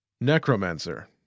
Necromancer